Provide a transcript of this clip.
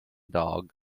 dog